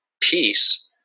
peace